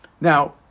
Now